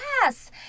yes